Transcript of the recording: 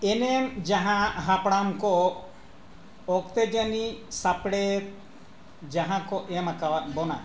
ᱮᱱᱮᱢ ᱡᱟᱦᱟᱸ ᱦᱟᱯᱲᱟᱢ ᱠᱚ ᱚᱠᱛᱚᱡᱟᱱᱤ ᱥᱟᱯᱲᱮᱫ ᱡᱟᱦᱟᱸ ᱠᱚ ᱮᱢ ᱟᱠᱟᱣᱟᱫ ᱵᱚᱱᱟ